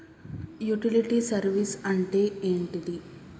Utility service అంటే ఏంటిది?